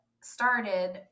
started